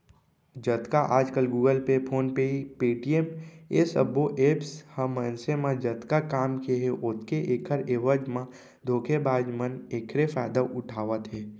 जतका आजकल Google Pay, PhonePe, Paytm ए सबो ऐप्स ह मनसे म जतका काम के हे ओतके ऐखर एवज म धोखेबाज मन एखरे फायदा उठावत हे